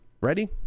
Ready